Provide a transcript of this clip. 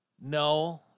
no